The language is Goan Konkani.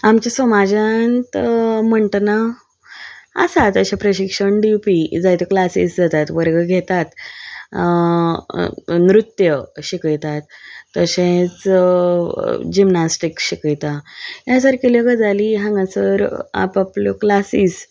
आमच्या समाजांत म्हणटना आसात अशें प्रशिक्षण दिवपी जायत्यो क्लासीस जातात वर्ग घेतात नृत्य शिकयतात तशेंच जिमनास्टीक शिकयतात हे सारकेल्यो गजाली हांगासर आपआपल्यो क्लासीस